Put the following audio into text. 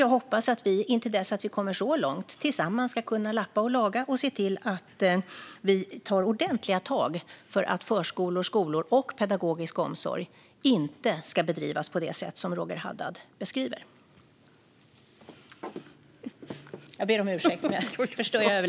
Jag hoppas att vi, intill dess att vi kommer så långt, tillsammans ska kunna lappa och laga och se till att vi tar ordentliga tag för att förskolor, skolor och pedagogisk omsorg inte ska bedrivas på det sätt som Roger Haddad beskriver.